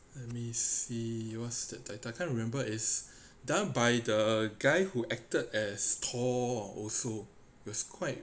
let me see what's that title I can't remember is done by the guy who acted as thor also was quite